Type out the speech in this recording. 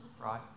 right